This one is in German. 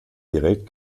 direkt